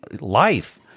life